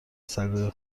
سگای